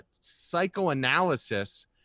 psychoanalysis